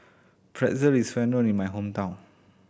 pretzel is well known in my hometown